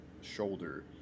shoulder